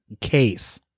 case